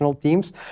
teams